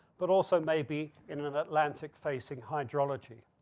but also maybe in in an atlantic facing hydrology.